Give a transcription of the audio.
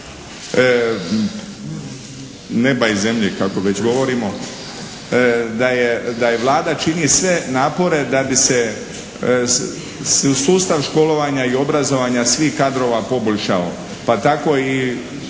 neba i zemlje kako već govorimo, da je Vlada čini sve napore da bi se sustav školovanja i obrazovanja svih kadrova poboljšao. Pa tako i